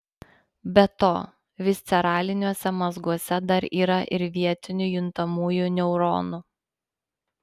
be to visceraliniuose mazguose dar yra ir vietinių juntamųjų neuronų